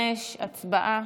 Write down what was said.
55. הצבעה.